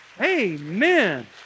amen